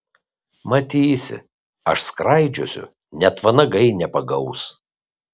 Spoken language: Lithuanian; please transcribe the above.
matysi aš skraidžiosiu net vanagai nepagaus